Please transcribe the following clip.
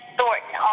Thornton